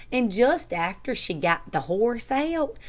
and just after she got the horse out,